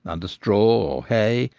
under straw or hay,